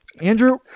Andrew